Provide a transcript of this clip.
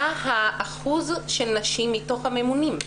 מה האחוז של נשים מתוך הממונים?